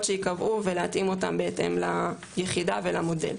שיקבעו ולהתאים אותם בהתאם ליחידה ולמודל.